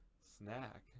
Snack